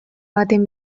baten